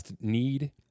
need